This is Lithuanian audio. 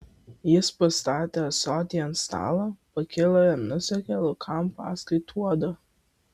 jis pastatė ąsotį ant stalo pakilo ir nusekė laukan paskui tuodu